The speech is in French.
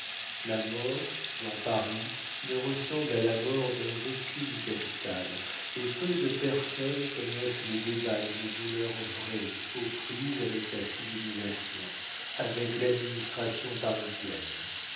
la mort dans paris ne ressemble à la mort dans aucune capitale et peu de personnes connaissent les débats d'une douleur vraie aux prises avec la civilisation avec l'administration parisienne